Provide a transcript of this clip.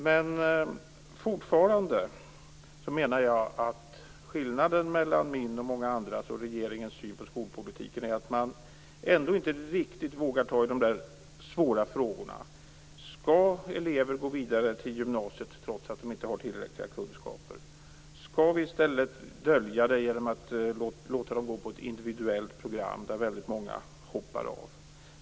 Man jag menar fortfarande att det är en skillnad mellan min - och många andras - och regeringens syn på skolpolitiken. Man vågar inte riktigt ta i de svåra frågorna. Skall elever gå vidare till gymnasiet trots att de inte har tillräckliga kunskaper? Skall man dölja detta genom att låta dem gå på ett individuellt program som många hoppar av från?